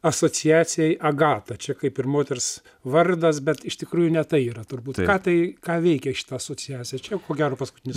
asociacijai agata čia kaip ir moters vardas bet iš tikrųjų ne tai yra turbūt ką tai ką veikia šita asociacija čia ko gero paskutinis